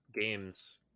games